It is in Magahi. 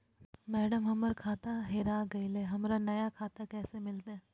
मैडम, हमर खाता हेरा गेलई, हमरा नया खाता कैसे मिलते